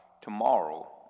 tomorrow